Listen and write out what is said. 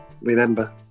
remember